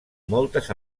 moltes